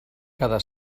cada